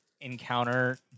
encounter